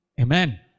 Amen